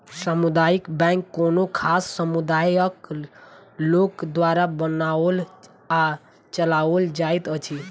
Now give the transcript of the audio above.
सामुदायिक बैंक कोनो खास समुदायक लोक द्वारा बनाओल आ चलाओल जाइत अछि